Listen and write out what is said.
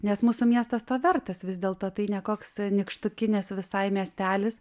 nes mūsų miestas to vertas vis dėlto tai ne koks nykštukinis visai miestelis